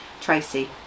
Tracy